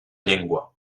llengua